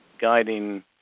guiding